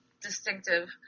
distinctive